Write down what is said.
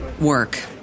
work